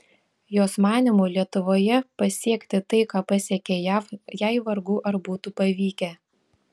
jos manymu lietuvoje pasiekti tai ką pasiekė jav jai vargu ar būtų pavykę